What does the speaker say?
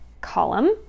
column